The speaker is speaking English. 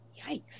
Yikes